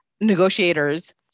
Negotiators